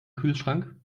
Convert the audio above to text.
kühlschrank